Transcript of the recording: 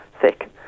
thick